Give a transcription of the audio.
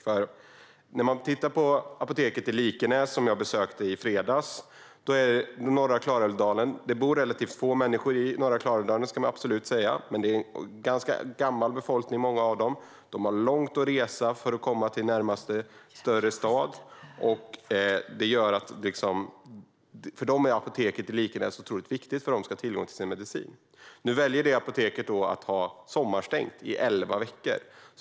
I fredags besökte jag apoteket i Likenäs i norra Klarälvdalen. Det bor relativt få människor i norra Klarälvdalen - det ska man absolut säga. Men många i befolkningen är ganska gamla. De har långt att resa för att komma till närmaste större stad. För dem är apoteket i Likenäs otroligt viktigt för att de ska ha tillgång till sin medicin. Nu väljer det apoteket att ha sommarstängt i elva veckor.